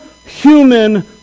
human